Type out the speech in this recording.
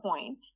point